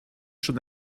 schon